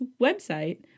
website